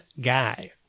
guy